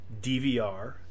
DVR